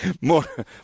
more